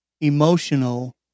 emotional